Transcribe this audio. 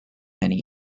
many